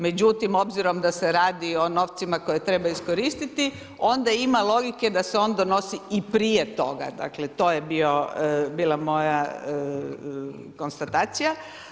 Međutim, obzirom da se radi o novcima koje treba iskoristiti, onda ima logike da se on donosi i prije toga, dakle, to je bila moja konstatacija.